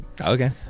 okay